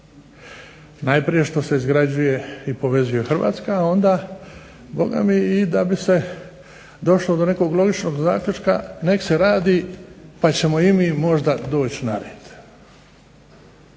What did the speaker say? Najprije jer se izgrađuje i povezuje Hrvatska, a onda bogami da bi se došlo do nekog logičnog zaključka neka se radi pa ćemo možda i mi doći na red.